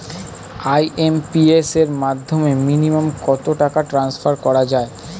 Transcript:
IMPS এর মাধ্যমে minimum কত টাকা ট্রান্সফার করা যায়?